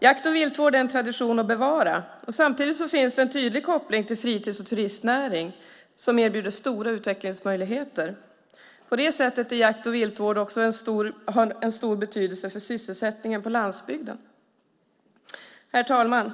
Jakt och viltvård är en tradition att bevara. Samtidigt finns det en tydlig koppling till fritids och turistnäring som erbjuder stora utvecklingsmöjligheter. På det sättet har jakt och viltvård också en stor betydelse för sysselsättningen på landsbygden. Herr talman!